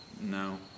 No